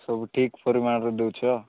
ସବୁ ଠିକ୍ ପରିମାଣରେ ଦେଉଛ